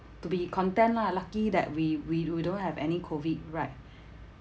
to be content lah lucky that we we we don't have any COVID right